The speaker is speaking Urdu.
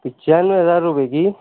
پچانوے ہزار روپے کی